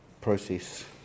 process